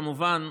כמובן,